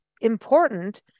important